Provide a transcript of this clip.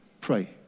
Pray